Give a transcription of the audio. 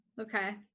Okay